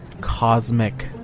cosmic